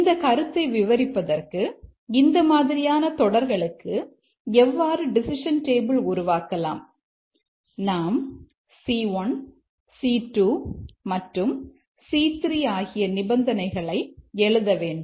இந்த கருத்தை விவரிப்பதற்கு இந்த மாதிரியான தொடர்களுக்கு எவ்வாறு டெசிஷன் டேபிள் உருவாக்கலாம் நாம் C1 C2 மற்றும் C3 ஆகிய நிபந்தனைகளை எழுத வேண்டும்